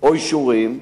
או אישורים,